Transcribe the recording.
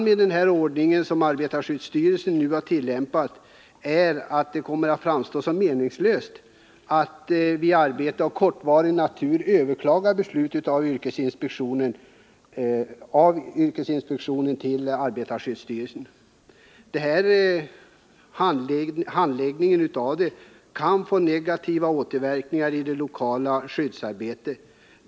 Med den ordning som arbetarskyddsstyrelsen nu har tillämpat är faran den att det vid arbete av kortvarig natur kan komma att framstå som meningslöst att hos arbetarskyddsstyrelsen överklaga beslut av yrkesinspektionen. Denna handläggning kan således få negativa återverkningar i det lokala skyddsarbetet.